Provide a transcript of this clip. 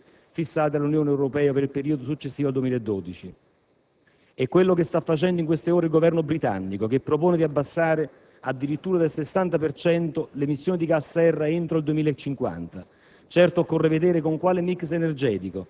anche in funzione dei più stringenti obiettivi fissati di recente dall'Unione Europea per il periodo successivo al 2012. È quello che sta facendo in queste ore il Governo britannico, che propone di abbassare addirittura del 60 per cento le emissioni di gas serra entro il 2050.